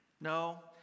No